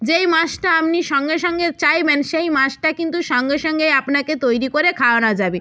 যেই মাছটা আপনি সঙ্গে সঙ্গে চাইবেন সেই মাছটা কিন্তু সঙ্গে সঙ্গেই আপনাকে তৈরি করে খাওয়ানো যাবে